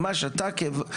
ממש אתה כוועדה,